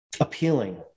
appealing